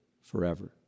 forever